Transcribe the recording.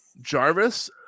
Jarvis